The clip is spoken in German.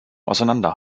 auseinander